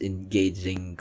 Engaging